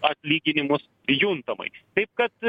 atlyginimus juntamai taip kad